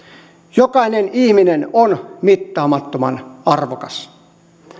jokainen ihminen on mittaamattoman arvokas